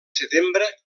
setembre